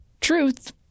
truth